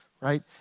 right